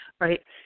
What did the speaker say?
right